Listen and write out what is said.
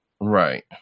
right